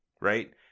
right